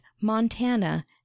Montana